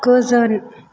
गोजोन